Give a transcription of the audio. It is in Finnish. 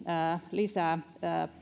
lisää